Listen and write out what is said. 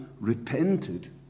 repented